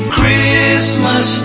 Christmas